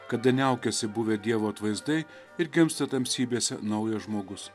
kada niaukiasi buvę dievo atvaizdai ir gimsta tamsybėse naujas žmogus